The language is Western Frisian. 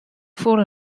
foel